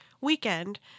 weekend